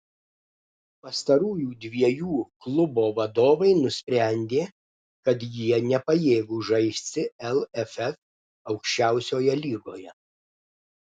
pastarųjų dviejų klubo vadovai nusprendė kad jie nepajėgūs žaisti lff aukščiausioje lygoje